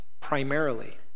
primarily